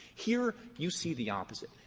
here, you see the opposite.